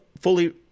fully